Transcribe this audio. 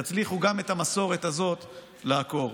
תצליחו גם את המסורת הזאת לעקור.